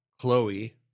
Chloe